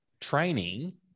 training